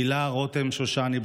הילה רותם שושני,